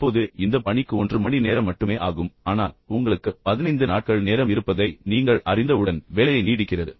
இப்போது இந்த பணிக்கு 1 மணி நேரம் மட்டுமே ஆகும் ஆனால் உங்களுக்கு 15 நாட்கள் நேரம் இருப்பதை நீங்கள் அறிந்தவுடன் வேலை நீடிக்கிறது